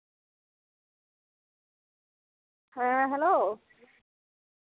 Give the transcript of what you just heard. ᱟᱨ ᱠᱷᱩᱜ ᱞᱟᱹᱜᱤᱫ ᱛᱮ ᱵᱟᱝ ᱪᱟᱵᱟᱜ ᱠᱟᱱ ᱛᱟᱢᱟ ᱠᱟᱨᱚᱱ ᱜᱮᱞ ᱯᱳᱱ ᱢᱟᱦᱟ ᱥᱮ ᱵᱟᱨ ᱦᱟᱯᱛᱟ ᱢᱟᱦᱟ ᱠᱷᱚᱡ ᱵᱤᱥᱤ ᱠᱚ ᱠᱷᱩᱜ ᱞᱮᱠᱷᱟᱡ ᱚᱱᱟ ᱫᱚ ᱟᱞᱮ ᱫᱚ ᱠᱚᱯᱷ ᱴᱮᱥᱴ ᱞᱮ ᱠᱩᱞ ᱠᱚᱣᱟ